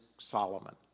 Solomon